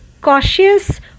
cautious